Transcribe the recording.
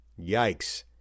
Yikes